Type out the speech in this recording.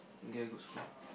get a good score